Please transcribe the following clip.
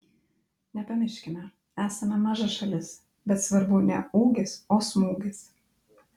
nepamirškime esame maža šalis bet svarbu ne ūgis o smūgis